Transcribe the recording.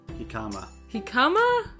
Hikama